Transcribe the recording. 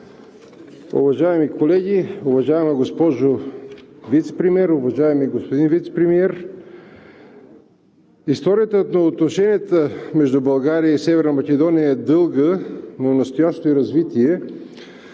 Уважаеми колеги, уважаема госпожо Вицепремиер, уважаеми господин Вицепремиер! Историята на отношенията между България и Северна Македония е дълга, но настоящото ѝ развитие